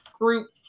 group